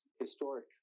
Historic